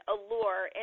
Allure